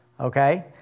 okay